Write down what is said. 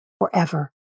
forever